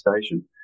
Station